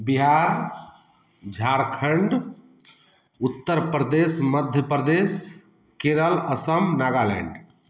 Bihar Jharkhand Uttar Pradesh Madhya Pradesh Kerala Assam Nagaland